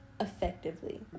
effectively